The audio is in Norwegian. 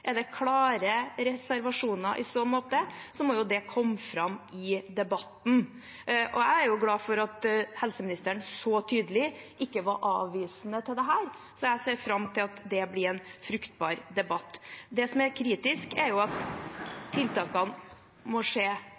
Er det klare reservasjoner i så måte, må jo det komme fram i debatten. Jeg er glad for at helseministeren så tydelig ikke var avvisende til dette, så jeg ser fram til at det blir en fruktbar debatt. Det som er kritisk, er at tiltakene må skje